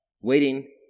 waiting